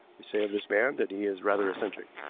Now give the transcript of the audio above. we say of this man that he is rather eccentric.